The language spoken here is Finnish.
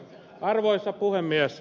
arvoisa puhemies